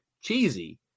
cheesy